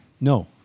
No